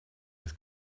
das